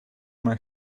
mijn